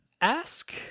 ask